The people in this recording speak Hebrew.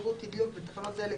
ושירות תדלוק בתחנות דלק,